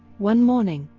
one morning,